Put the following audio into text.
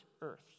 Earth